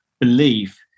belief